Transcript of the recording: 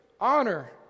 Honor